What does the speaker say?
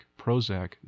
Prozac